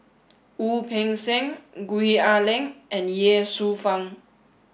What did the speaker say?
Wu Peng Seng Gwee Ah Leng and Ye Shufang